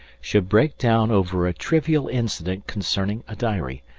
should break down over a trivial incident concerning a diary,